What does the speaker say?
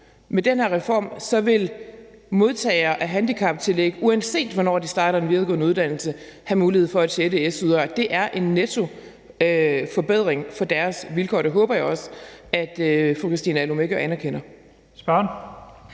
Med den her reform vil modtagere af handicaptillæg, uanset hvornår de starter den videregående uddannelse, have mulighed for et sjette su-år. Det er en nettoforbedring af deres vilkår. Det håber jeg også at fru Christina Olumeko anerkender.